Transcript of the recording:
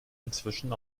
inzwischen